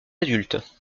adultes